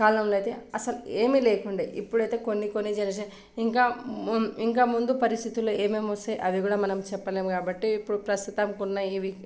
కాలంలో అయితే అసలు ఏమీ లేకుండే ఇప్పుడైతే కొన్ని కొన్ని తెలిసి ఇంకా ఇంకా ముందు పరిస్థితులు ఏమేం వస్తాయి అది కూడా మనం చెప్పలేం కాబట్టి ఇప్పుడు ప్రస్తుతానికి ఉన్నాయి ఇవి